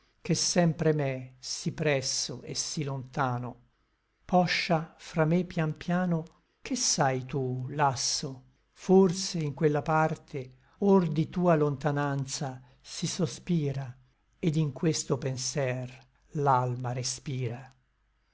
che sempre m'è sí presso et sí lontano poscia fra me pian piano che sai tu lasso forse in quella parte or di tua lontananza si sospira et in questo penser l'alma respira